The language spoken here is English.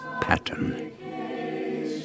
pattern